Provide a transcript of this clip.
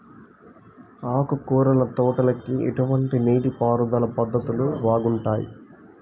ఆకుకూరల తోటలకి ఎటువంటి నీటిపారుదల పద్ధతులు బాగుంటాయ్?